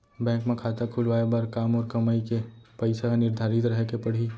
Bank म खाता खुलवाये बर का मोर कमाई के पइसा ह निर्धारित रहे के पड़ही?